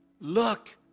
look